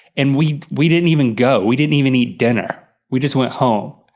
and we we didn't even go, we didn't even eat dinner. we just went home,